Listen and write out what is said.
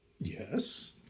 Yes